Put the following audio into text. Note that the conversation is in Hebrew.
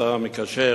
השר המקשר,